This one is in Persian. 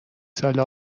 سال